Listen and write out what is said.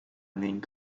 ning